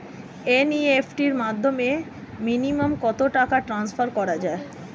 NEFT র মাধ্যমে minimum কত টাকা ট্রান্সফার করা যায়?